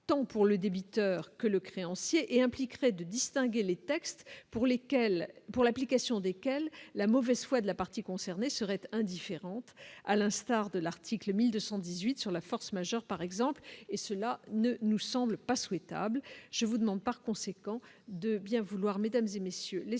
tant pour le débiteur que le créancier et impliquerait de distinguer les textes pour lesquels pour l'application desquelles la mauvaise foi de la partie concernée serait indifférente à l'instar de l'article 1218 sur la force majeure, par exemple, et cela ne nous semble pas souhaitables : je vous demande par conséquent de bien vouloir mesdames et messieurs les sénateurs